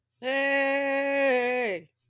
Hey